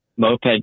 moped